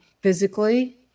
physically